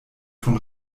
von